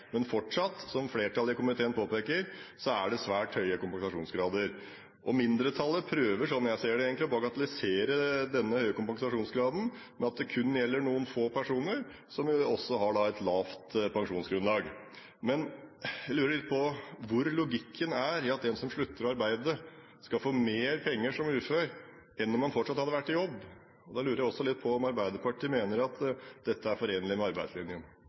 men fortsatt er det, som flertallet i komiteen påpeker, svært høye kompensasjonsgrader. Mindretallet prøver – som jeg ser det – å bagatellisere denne høye kompensasjonsgraden med at det kun gjelder noen få personer som også har svært lavt kompensasjonsgrunnlag. Jeg lurer litt på: Hvor er logikken i at en som slutter å arbeide, skal få mer penger som ufør enn om han fortsatt hadde vært i jobb? Da lurer jeg også på om Arbeiderpartiet mener at dette er forenlig med arbeidslinjen?